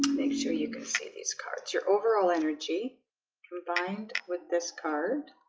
make sure you can see these cards your overall energy provide with this card